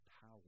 power